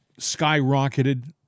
skyrocketed